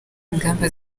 ingamba